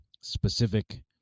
specific